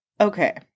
Okay